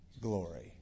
glory